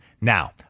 Now